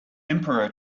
emperor